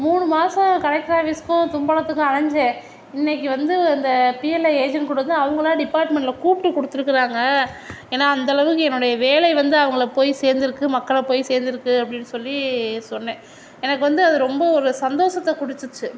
மூணு மாசம் கலெக்டர் ஆஃபீஸ்க்கும் தும்பலத்துக்கும் அலஞ்சு இன்னைக்கு வந்து இந்த பிஎல்ஐ ஏஜென்ட் கோட் வந்து அவங்களா டிபார்ட்மெண்ட்டில் கூப்பிட்டு கொடுத்துருக்காங்க ஏன்னா அந்த அளவுக்கு என்னோடய வேலை வந்து அவங்கள போய் சேர்ந்துருக்கு மக்களை போய் சேர்ந்துருக்கு அப்படின்னு சொல்லி சொன்ன எனக்கு வந்து அது ரொம்போ ஒரு சந்தோஷத்தை கொடுத்துச்சி